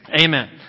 amen